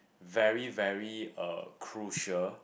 very very uh crucial